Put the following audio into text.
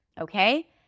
Okay